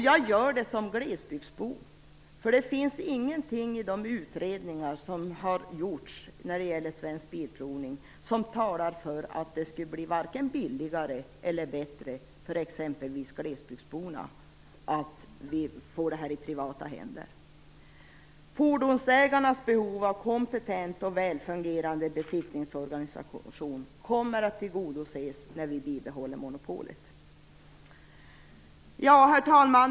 Jag gör det som glesbygdsbo, för det finns ingenting i de utredningar som har gjorts när det gäller Svensk Bilprovning som talar för att det skulle bli vare sig billigare eller bättre för exempelvis glesbygdsborna om denna verksamhet låg i privata händer. Fordonsägarnas behov av en kompetent och välfungerande besiktningsorganisation kommer att tillgodoses genom att vi bibehåller monopolet. Herr talman!